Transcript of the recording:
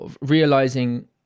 realizing